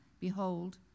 Behold